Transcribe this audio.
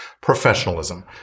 professionalism